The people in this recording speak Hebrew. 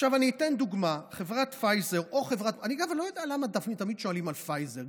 אגב, אני לא יודע למה תמיד שואלים על פייזר.